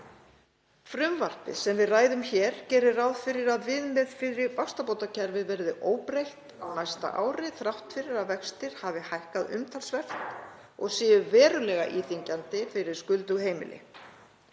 Frumvarpið sem við ræðum hér gerir ráð fyrir að viðmið fyrir vaxtabótakerfið verði óbreytt á næsta ári þrátt fyrir að vextir hafi hækkað umtalsvert og séu verulega íþyngjandi fyrir skuldug heimili.